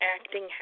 acting